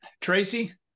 Tracy